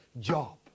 job